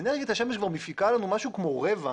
אנרגיית השמש כבר מפיקה לנו משהו כמו רבע,